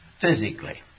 physically